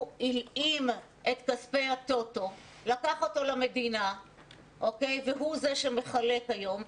הוא הלאים את כספי הטוטו והוא זה שמחלק היום.